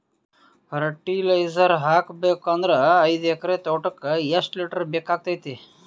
Fertiliser ಹಾಕಬೇಕು ಅಂದ್ರ ಐದು ಎಕರೆ ತೋಟಕ ಎಷ್ಟ ಲೀಟರ್ ಬೇಕಾಗತೈತಿ?